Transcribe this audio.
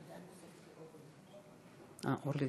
גברתי